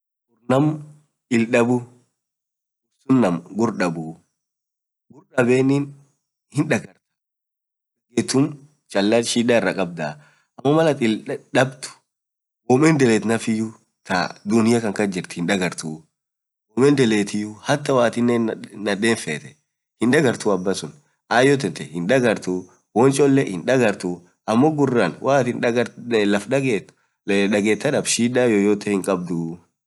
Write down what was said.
naam ill daab boraan nam gurdabuu laf hindagahindagartaa malsun amo naam ill daab woam endeleet naaf himbeduu hindagartuu hataa hoo atinenn nadeen fetee indagartuu abasuun ayoo tee hindagartuu amo guraan malat laf dageet laff dadagart shida yyte hinkabduu.